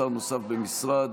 שר נוסף במשרד)